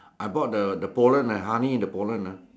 I bought the the pollen and honey the pollen ah